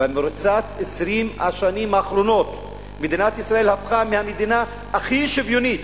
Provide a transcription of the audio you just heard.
במרוצת 20 השנים האחרונות מדינת ישראל הפכה מהמדינה הכי שוויונית